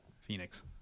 Phoenix